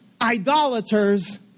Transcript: idolaters